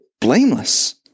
blameless